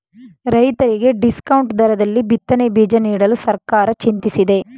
ರೈತರಿಗೆ ಡಿಸ್ಕೌಂಟ್ ದರದಲ್ಲಿ ಬಿತ್ತನೆ ಬೀಜ ನೀಡಲು ಸರ್ಕಾರ ಚಿಂತಿಸಿದೆ